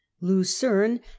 Lucerne